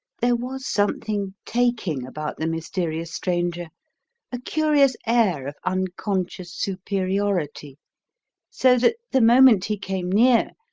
there was something taking about the mysterious stranger a curious air of unconscious superiority so that, the moment he came near,